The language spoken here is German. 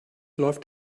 läuft